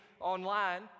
online